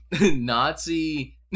nazi